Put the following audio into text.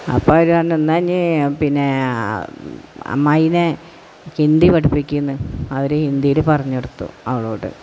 അപ്പം അവർ പറഞ്ഞു എന്നാൽ ഇനി പിന്നെ അമ്മായിനെ ഹിന്ദി പഠിപ്പിക്ക് എന്ന് അവർ ഹിന്ദിയിൽ പറഞ്ഞ് കൊടുത്തു അവളോട്